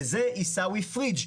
וזה עיסאווי פריג'.